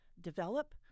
develop